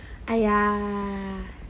!aiya!